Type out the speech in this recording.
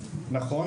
נכון,